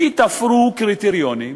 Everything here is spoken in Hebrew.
כי תפרו קריטריונים "חכמים"